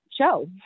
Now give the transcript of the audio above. show